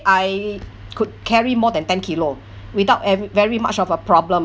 I could carry more than ten kilo without eve~ very much of a problem